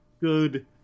good